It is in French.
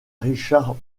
richard